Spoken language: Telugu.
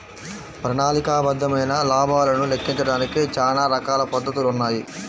ప్రణాళికాబద్ధమైన లాభాలను లెక్కించడానికి చానా రకాల పద్ధతులున్నాయి